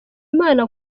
imana